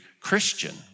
Christian